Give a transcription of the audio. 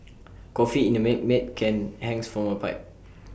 coffee in A Milkmaid can hangs from A pipe